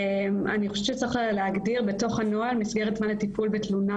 אני חושבת שצריך היה להגדיר בתוך הנוהל מסגרת זמן לטיפול בתלונה,